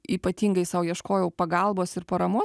ypatingai sau ieškojau pagalbos ir paramos